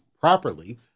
properly